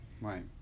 Right